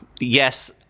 Yes